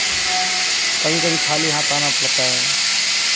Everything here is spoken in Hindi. कभी कभी खाली हाथ आना पड़ता है